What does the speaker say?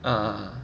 uh